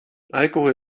alkohol